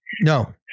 No